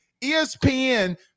ESPN